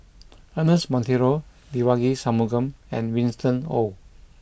Ernest Monteiro Devagi Sanmugam and Winston Oh